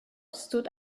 stood